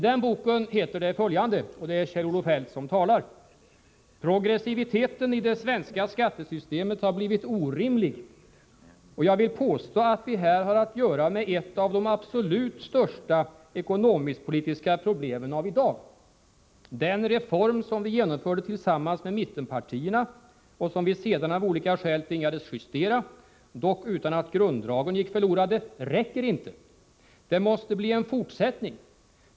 Det är Kjell-Olof Feldt som talar: ”Progressiviteten i det svenska skattesystemet har blivit orimlig och jag vill påstå, att vi här har att göra med ett av de absolut största ekonomiskt/politiska problemen av i dag. Den reform, som vi genomförde tillsammans med mittenpartierna och som vi sedan av olika skäl tvingades justera — dock utan att grunddragen gick förlorade — räcker inte. Det måste bli en fortsättning.